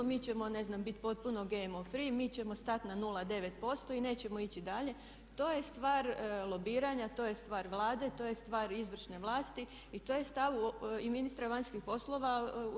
Mi ćemo ne znam biti potpuno GMO free, mi ćemo stat na 09% i nećemo ići dalje, to je stvar lobiranja, to je stvar Vlade, to je stvar izvršne vlasti i to je stav i ministra vanjskih poslova u EU.